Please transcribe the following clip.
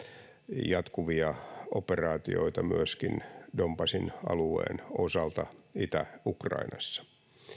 jatkuvia operaatioita myöskin donbassin alueen osalta itä ukrainassa